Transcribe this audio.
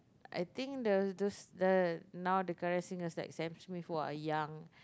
I think the the the now the current singers like Sam-Smith who are young